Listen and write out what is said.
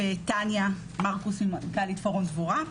ותניה מרקוס, מנכ"לית פורום דבורה,